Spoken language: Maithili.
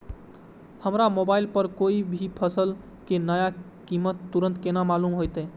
हमरा मोबाइल पर कोई भी फसल के नया कीमत तुरंत केना मालूम होते?